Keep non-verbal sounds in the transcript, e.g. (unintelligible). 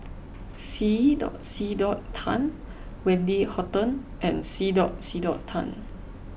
C (unintelligible) C (unintelligible) Tan Wendy Hutton and C (unintelligible) C (unintelligible) Tan